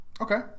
Okay